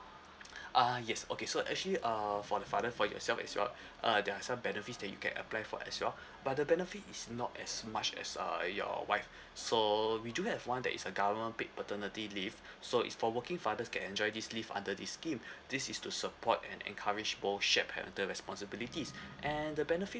uh yes okay so actually uh for the father for yourself as well uh there are some benefits that you can apply for as well but the benefit is not as much as uh your wife so we do have one that is a government paid paternity leave so it's for working fathers can enjoy this leave under this scheme this is to support and encourage both shared parental responsibilities and the benefit